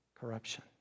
corruption